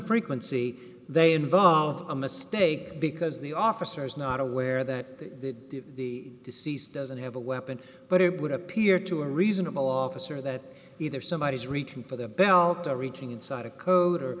frequency they involve a mistake because the officer is not aware that the deceased doesn't have a weapon but it would appear to a reasonable officer that either somebody is reaching for the belt or reaching inside a co